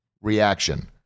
reaction